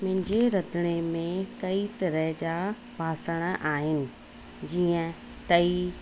मुंहिंजे रंधिणे में कई तरह जा ॿासण आहिनि जीअं तई